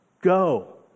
Go